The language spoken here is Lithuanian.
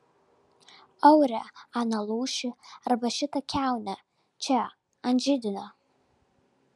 aure aną lūšį arba šitą kiaunę čia ant židinio